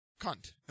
Cunt